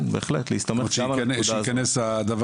כן, בהחלט, להסתמך גם על הנקודה הזו.